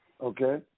okay